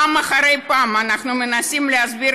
פעם אחרי פעם אנחנו מנסים להסביר